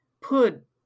put